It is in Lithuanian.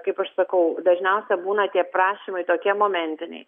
kaip aš sakau dažniausia būna tie prašymai tokie momentiniai